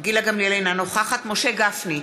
אינה נוכחת משה גפני,